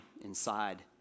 inside